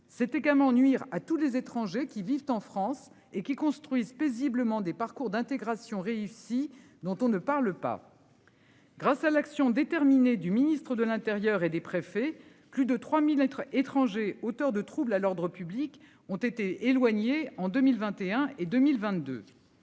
c'est également nuire à tous les étrangers qui vivent en France et qui construisent paisiblement des parcours d'intégration réussi dont on ne parle pas. Grâce à l'action déterminée du ministre de l'Intérieur et des préfets. Plus de 3000 lettres étranger, auteur de troubles à l'ordre public ont été éloignés en 2021 et 2022.